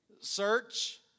Search